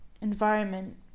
environment